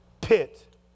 pit